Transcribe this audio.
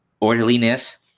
orderliness